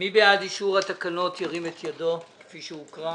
מי בעד אישור התקנות כפי שהוקראו?